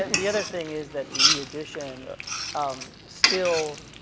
the other thing is that the e-edition um still